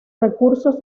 recursos